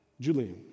Julian